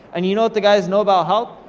and you know what the guys know about health,